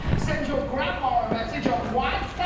send your grandma a message on what's that?